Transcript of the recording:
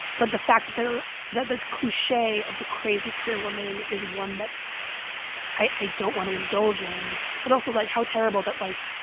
but the fact that they're the cliche of the crazy queer woman is one that i don't want to indulge in. but also, like, how terrible that, like,